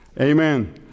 Amen